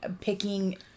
picking